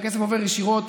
והכסף עובר ישירות.